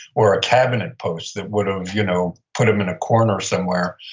or a cabinet post that would have you know put him in a corner somewhere.